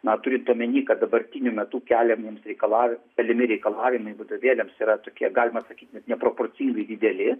na turint omeny kad dabartiniu metu keliamiems reikalavimams keliami reikalavimai vadovėliams yra tokie galima sakyt net neproporcingai dideli